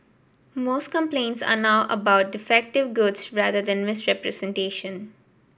most complaints are now about defective goods rather than misrepresentation